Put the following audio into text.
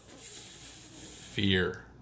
Fear